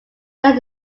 that